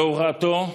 בהוראתו,